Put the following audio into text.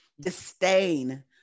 disdain